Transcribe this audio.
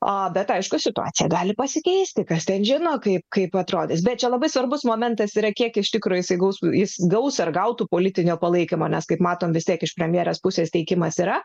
bet aišku situacija gali pasikeisti kas ten žino kaip kaip atrodys bet čia labai svarbus momentas yra kiek iš tikro jis įgaus jis gaus ar gautų politinio palaikymo nes kaip matome vis tiek iš premjerės pusės teikimas yra